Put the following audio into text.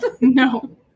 No